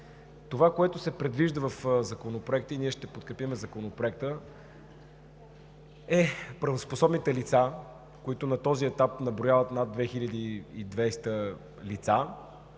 Това, което се предвижда в Законопроекта, и ние ще го подкрепим, е правоспособните лица, които на този етап наброяват над 2200 лица,